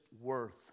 worth